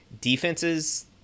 Defenses